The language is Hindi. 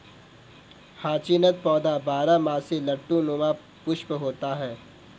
हाचीनथ पौधा बारहमासी लट्टू नुमा पुष्प होता है